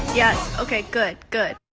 yes. ok. good. good.